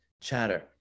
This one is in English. chatter